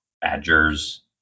badgers